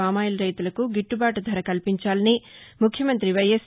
palm oil రైతులకు గిట్లుబాటు ధర కల్పించాలని ముఖ్యమంత్రి వైఎస్